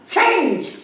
Change